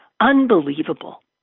Unbelievable